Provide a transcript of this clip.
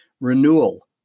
renewal